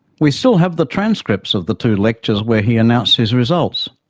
we still have the transcripts of the two lectures where he announced his results.